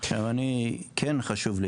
חשוב לי